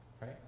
Right